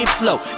flow